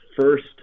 first